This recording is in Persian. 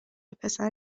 پسر